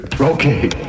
Okay